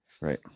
Right